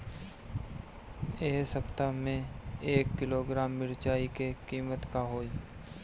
एह सप्ताह मे एक किलोग्राम मिरचाई के किमत का होई?